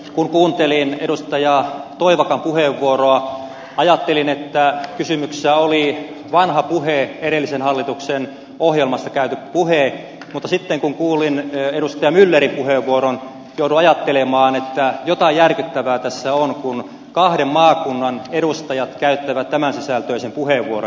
kun kuuntelin edustaja toivakan puheenvuoroa ajattelin että kysymyksessä oli vanha edellisen hallituksen ohjelmasta käyty puhe mutta sitten kun kuulin edustaja myllerin puheenvuoron jouduin ajattelemaan että jotain järkyttävää tässä on kun kahden maakunnan edustajat käyttävät tämän sisältöisen puheenvuoron